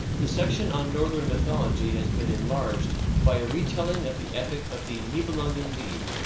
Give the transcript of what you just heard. the section on northern mythology has been enlarged by a retelling of the epic of the nibelungen lied,